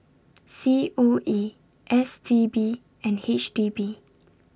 C O E S T B and H D B